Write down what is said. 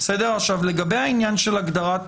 לגבי העניין של הגדרת